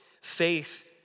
Faith